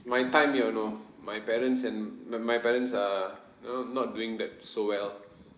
my time you know my parents and m~ my my parents are you know not doing that so well